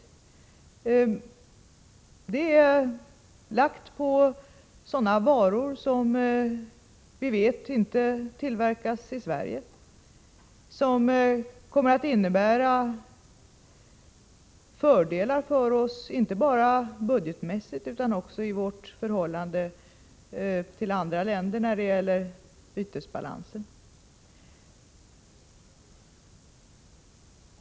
Skatten är lagd på varor som vi vet inte framställs i Sverige. Detta kommer att innebära fördelar för oss inte bara budgetmässigt utan också i vårt förhållande till andra länder när det gäller bytesbalansen.